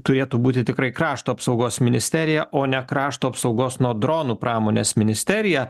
turėtų būti tikrai krašto apsaugos ministerija o ne krašto apsaugos nuo dronų pramonės ministerija